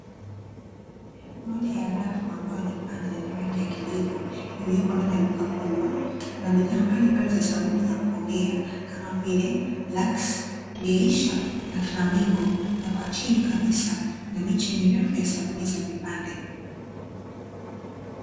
Moja ya rafu ambayo ni pana na ina rangi ya kijivu iliyopo ndani ya duka kubwa, kuna bidhaa mbalimbali za sabuni za kuogea kama vile "LUX, Geisha na Flamingo" na kwa chini kabisa kuna miche mirefu ya sabuni za vipande.